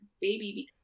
baby